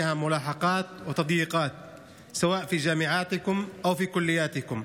הסטודנטים הערבים שלנו באוניברסיטאות ובמוסדות להשכלה גבוהה,